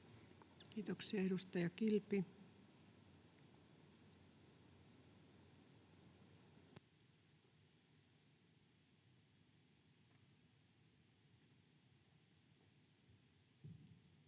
Kiitoksia. — Edustaja Kilpi. Arvoisa